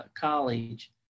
college